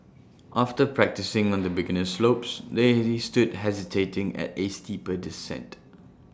after practising on the beginner slopes they stood hesitating at A steeper descent